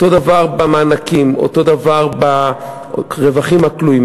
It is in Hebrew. אותו דבר במענקים, אותו דבר ברווחים הכלואים.